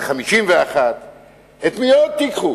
זה 51. את מי עוד תיקחו?